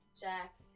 jack